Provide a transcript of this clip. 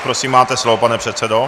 Prosím, máte slovo, pane předsedo.